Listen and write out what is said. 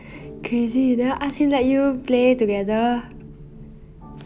crazy you never ask him let you play together